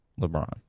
LeBron